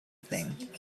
evening